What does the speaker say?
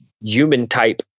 human-type